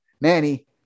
Manny